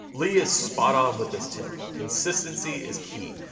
lee is spot-on with this tip, consistency is key.